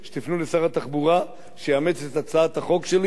שתפנו לשר התחבורה שיאמץ את הצעת החוק שלי,